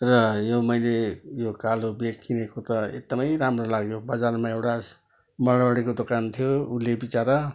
र यो मैले यो कालो ब्याग किनेको त एकदमै राम्रो लाग्यो बजारमा एउटा मारवाडीको दोकान थियो उसले बिचारा